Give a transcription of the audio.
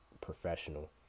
professional